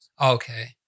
Okay